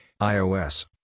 iOS